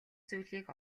зүйлийг